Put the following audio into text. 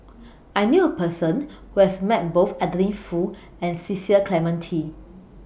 I knew A Person Who has Met Both Adeline Foo and Cecil Clementi